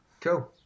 cool